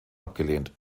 abgelehnt